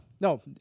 no